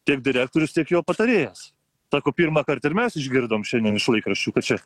tiek direktorius tiek jo patarėjas sako pirmąkart ir mes išgirdom šiandien iš laikraščių kad čia